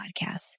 podcast